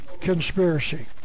conspiracy